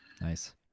Nice